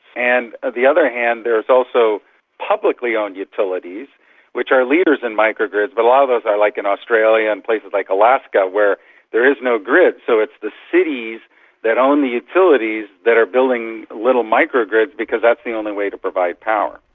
and on the other hand there is also publicly owned utilities which are leaders in micro-grids, but a lot of those are like in australia and places like alaska where there is no grid, so it's the cities that own the utilities that are building little micro-grids because that's the only way to provide power.